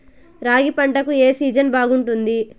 రాగి పంటకు, ఏ సీజన్ బాగుంటుంది?